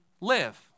live